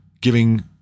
giving